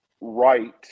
right